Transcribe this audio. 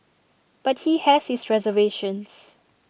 but he has his reservations